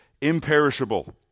imperishable